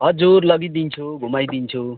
हजुर लगिदिन्छु घुमाइदिन्छु